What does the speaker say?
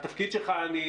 אצלכם,